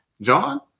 John